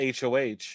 hoh